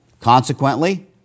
Consequently